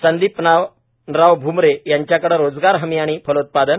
संदिपानराव भ्मरे यांच्याकडे रोजगार हमी आणि फलोत्पादन